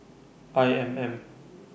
I M M